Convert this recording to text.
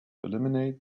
eliminate